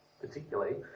particularly